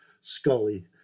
scully